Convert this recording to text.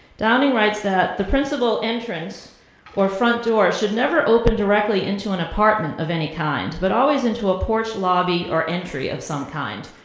downing rights that the principal entrance or front door should never open directly into an apartment of any kind, but always into a porch, lobby, or entry of some kind.